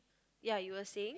ya you were saying